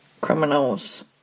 criminals